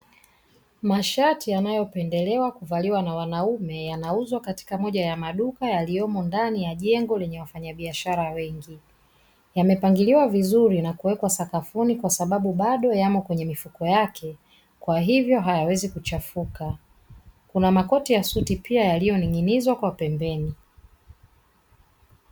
Mashati yanayopendelewa kuvaliwa na wanaume yanauzwa katika moja ya maduka yaliyomo ndani ya jengo lenye wafanyabiashara wengi yamepangiliwa vizuri na kuwekwa sakafuni kwa sababu bado yamo kwenye mifuko yake kwa hivyo hayawezi kuchafuka kuna makoti ya suti pia yaliyoningzwa kwa pembeni.